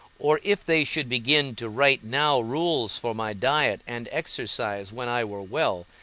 or if they should begin to write now rules for my diet and exercise when i were well,